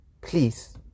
please